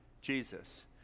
Jesus